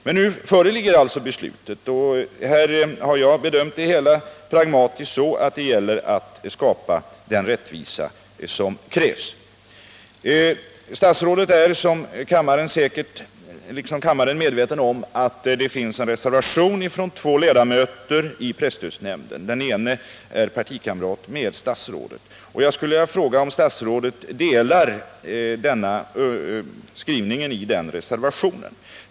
Men nu föreligger beslutet, och jag har pragmatiskt bedömt det hela så att det gäller att skipa den rättvisa som krävs. Statsrådet liksom kammaren är säkert medveten om att det finns en reservation från två ledamöter i presstödsnämnden, den ene partikamrat med statsrådet. Jag skulle vilja fråga om statsrådet instämmer i skrivningen i den reservationen.